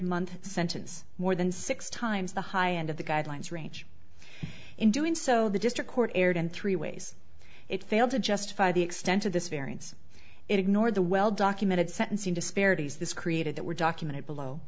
hundred month sentence more than six times the high end of the guidelines range in doing so the district court erred in three ways it failed to justify the extent of this variance it ignored the well documented sentencing disparities this created that were documented below